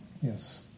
yes